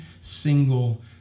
single